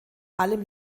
allem